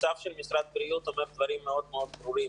הצו של משרד הבריאות אומר דברים מאוד ברורים.